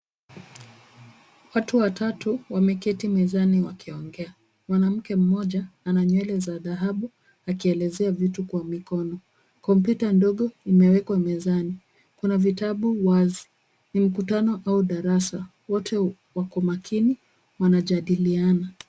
Watu watatu wameketi mezani wakiongea. Mwanamke moja ana nywele za dhahabu akielezea vitu kwa mikono. Kompyuta ndogo imewekwa mezani kuna vitabu wazi. Ni mkutano au darasa. Watu wako makini wanajadiliana.